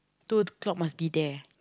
two o-clock must be there